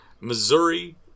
Missouri